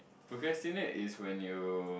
procrastinate is when you